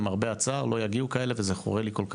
למרבה הצער, לא יגיעו כאלה וזה חורה לי כל כך.